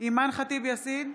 אימאן ח'טיב יאסין,